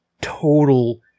total